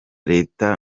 leta